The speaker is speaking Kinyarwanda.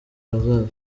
hazaza